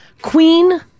Queen